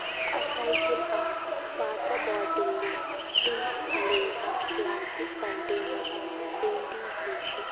recycle arts పాత బాటిళ్ళు tin లేదా ప్లాస్టిక్ కంటైనర్లను పెయింటింగ్ చేసి